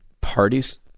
Parties